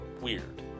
weird